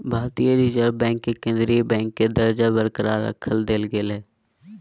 भारतीय reserve bank के केंद्रीय बैंक के दर्जा बरकरार रख देल गेलय